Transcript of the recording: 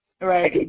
Right